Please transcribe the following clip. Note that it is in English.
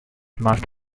must